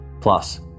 Plus